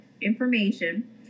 information